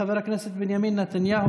חבר הכנסת בנימין נתניהו,